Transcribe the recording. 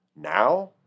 now